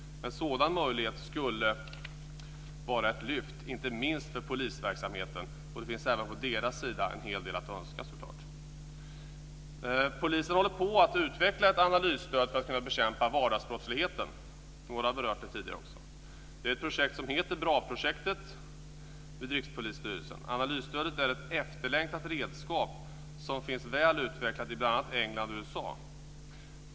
En sådan möjlighet skulle vara ett lyft, inte minst för polisverksamheten. Det finns även från myndighetens sida en hel del att önska, så klart. Polisen håller på att utveckla ett analysstöd för att kunna bekämpa vardagsbrottsligheten. Några har berört det tidigare. Det är ett projekt som heter BRA projektet vid Rikspolisstyrelsen. Analysstödet är ett efterlängtat redskap som finns väl utvecklat i bl.a. England och USA.